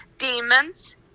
demons